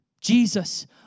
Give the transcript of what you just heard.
Jesus